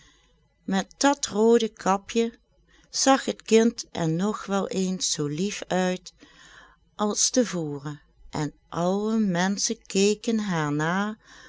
met dat roode kapje zag het kind er nog wel eens zoo lief uit als te voren en alle menschen keken haar